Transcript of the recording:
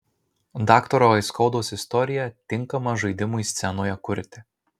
daktaro aiskaudos istorija tinkama žaidimui scenoje kurti